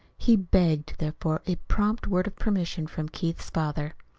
he begged, therefore, a prompt word of permission from keith's father.